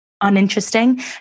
uninteresting